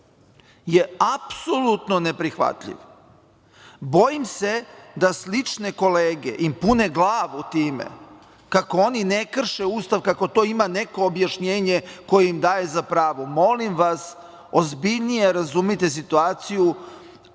je apsolutno neprihvatljiv.18/1 VS/JG 12.55 – 13.05Bojim se da slične kolege im pune glavu time kako oni ne krše Ustav kako to ima neko objašnjenje koje im daje za pravo. Molim vas, ozbiljnije razumite situaciju,